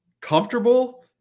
comfortable